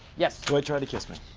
yes, dwight tried to kiss me.